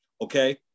okay